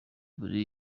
the